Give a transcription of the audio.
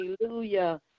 Hallelujah